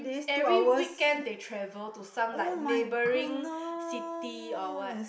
every weekend they travel to some like neighbouring cities or what